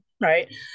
Right